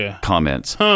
comments